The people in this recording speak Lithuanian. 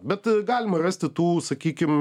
bet galima rasti tų sakykim